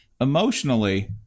emotionally